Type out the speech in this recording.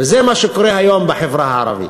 וזה מה שקורה היום בחברה הערבית.